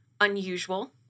unusual